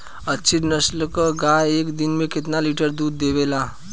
अच्छी नस्ल क गाय एक दिन में केतना लीटर दूध देवे ला?